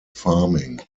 farming